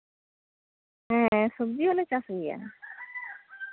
ᱦᱮᱸ ᱥᱚᱵᱡᱤ ᱦᱚᱞᱮ ᱪᱟᱥ ᱜᱮᱭᱟ